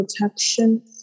protection